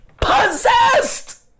Possessed